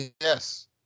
Yes